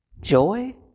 Joy